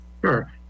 sure